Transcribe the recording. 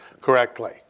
correctly